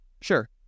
Sure